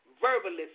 verbally